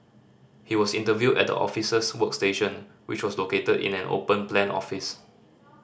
he was interviewed at the officers workstation which was located in an open plan office